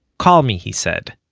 call me, he said,